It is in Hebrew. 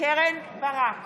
קרן ברק,